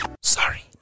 Sorry